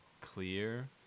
clear